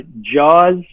jaws